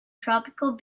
tropical